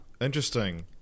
Interesting